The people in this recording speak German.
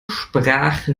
sprache